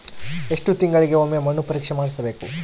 ಎಷ್ಟು ತಿಂಗಳಿಗೆ ಒಮ್ಮೆ ಮಣ್ಣು ಪರೇಕ್ಷೆ ಮಾಡಿಸಬೇಕು?